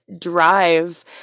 drive